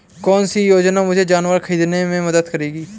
कौन सी योजना मुझे जानवर ख़रीदने में मदद करेगी?